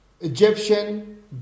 Egyptian